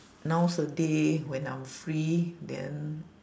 nowaday when I'm free then